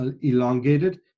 elongated